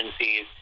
agencies